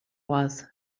was